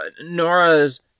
Nora's